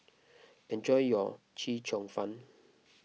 enjoy your Chee Cheong Fun